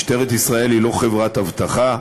משטרת ישראל היא לא חברת אבטחה,